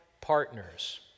partners